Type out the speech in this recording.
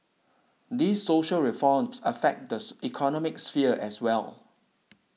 these social reforms affect this economic sphere as well